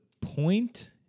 point